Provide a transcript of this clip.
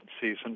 season